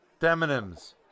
Demonyms